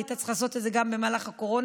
היא הייתה צריכה לעשות את זה גם במהלך הקורונה.